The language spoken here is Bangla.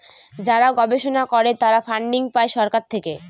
যারা গবেষণা করে তারা ফান্ডিং পাই সরকার থেকে